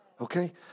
okay